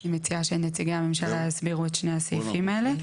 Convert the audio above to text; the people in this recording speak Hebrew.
אני מציעה שנציגי הממשלה יסבירו את שני הסעיפים האלה.